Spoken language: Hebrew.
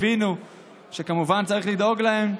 הבינו שכמובן צריך לדאוג להם.